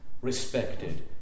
respected